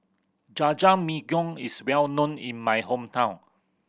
Jajangmyeon is well known in my hometown